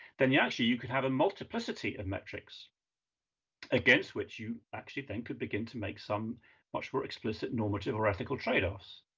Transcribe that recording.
then you actually, you could have a multiplicity of metrics against which you actually think could begin to make some much more explicit normative or ethical trade-offs.